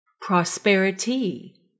Prosperity